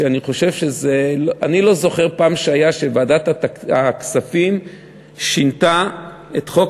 שאני לא זוכר פעם שוועדת הכספים שינתה את חוק